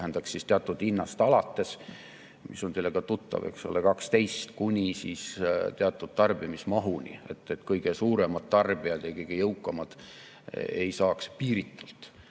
tähendab siis teatud hinnast alates. See on teile ka tuttav, eks ole. Ja see on kuni teatud tarbimismahuni, et kõige suuremad tarbijad ja kõige jõukamad ei saaks piiritult.